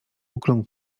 ukląkł